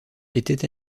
était